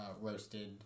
roasted